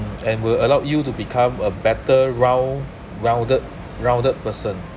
and will allow you to become a better ~rou rounded rounded person